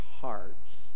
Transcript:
hearts